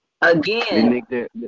again